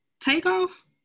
Takeoff